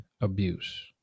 abuse